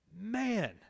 Man